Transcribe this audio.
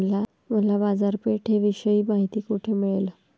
मला बाजारपेठेविषयी माहिती कोठे मिळेल?